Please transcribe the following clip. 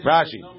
Rashi